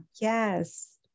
Yes